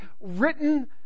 written